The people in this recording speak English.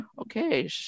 okay